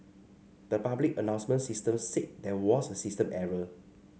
the public announcement system said there was a system error